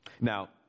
Now